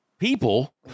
People